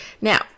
Now